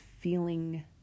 feeling